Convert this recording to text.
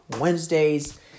Wednesdays